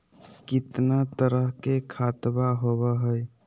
कितना तरह के खातवा होव हई?